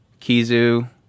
Kizu